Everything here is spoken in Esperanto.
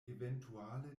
eventuale